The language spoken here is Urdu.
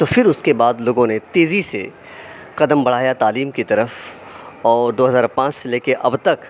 تو پھر اُس کے بعد لوگوں نے تیزی سے قدم بڑھایا تعلیم کی طرف اور دو ہزار پانچ سے لے کے اب تک